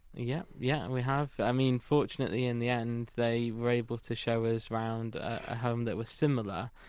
yeah, yeah we have, i mean fortunately in the end they were able to show us round a home that was similar,